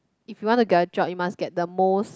if you want to get a job you must get the most